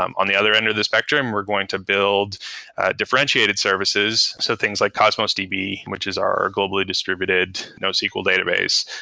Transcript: um on the other end of the spectrum, we're going to build differentiated services. so things like cosmosdb, which is our globally distributed nosql database,